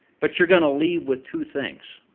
but you're going to leave with two things.